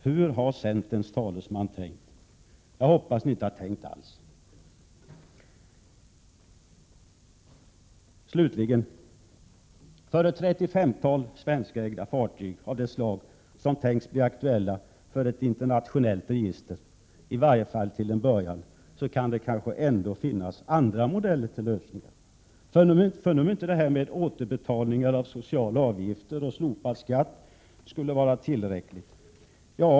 Hur har centerns talesman tänkt? Jag hoppas att man inte har tänkt alls. Slutligen: För ett 35-tal svenskägda fartyg av det slag som tänkts bli aktuella för ett internationellt register — i varje fall till en början — kan det ändå kanske finnas andra modeller till lösningar, om nu inte detta med återbetalning av sociala avgifter och slopad skatt skulle vara tillräckligt.